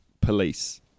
police